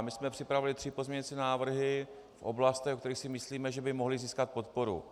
My jsme připravili tři pozměňovací návrhy v oblastech, o kterých si myslíme, že by mohly získat podporu.